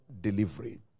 delivery